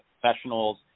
professionals